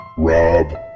rob